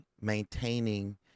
maintaining